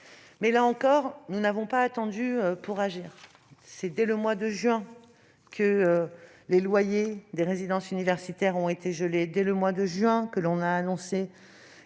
Là encore, nous n'avons pas attendu pour agir. Dès le mois de juin, les loyers des résidences universitaires ont été gelés. Dès le mois de juin, nous avons annoncé